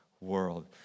world